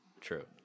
True